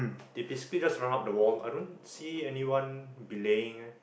they basically just run up the wall I don't see anyone belaying leh